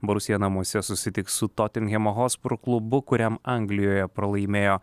borusija namuose susitiks su totenhem hospur klubu kuriam anglijoje pralaimėjo